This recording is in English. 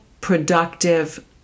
productive